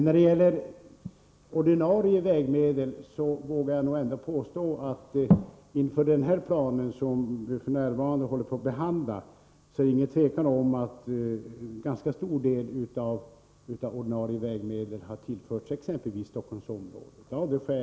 När det gäller ordinarie vägmedel vågar jag påstå att det inte råder några tvivel om att det inför den plan vi f. n. håller på att behandla har tillförts en ganska stor del av ordinarie vägmedel till t.ex. Stockholmsområdet.